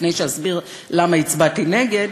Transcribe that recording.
לפני שאסביר למה הצבעתי נגד,